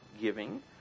giving